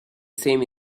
same